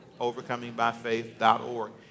overcomingbyfaith.org